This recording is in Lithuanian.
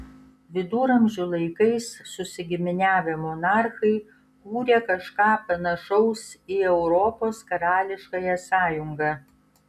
viduramžių laikais susigiminiavę monarchai kūrė kažką panašaus į europos karališkąją sąjungą